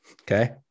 Okay